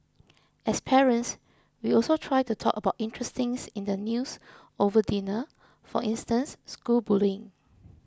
as parents we also try to talk about interesting things in the news over dinner for instance school bullying